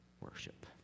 worship